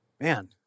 man